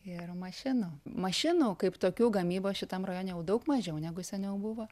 ir mašinų mašinų kaip tokių gamybos šitam rajone jau daug mažiau negu seniau buvo